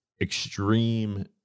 extreme